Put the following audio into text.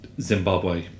Zimbabwe